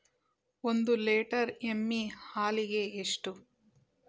ಒಂದು ಲೇಟರ್ ಎಮ್ಮಿ ಹಾಲಿಗೆ ಎಷ್ಟು?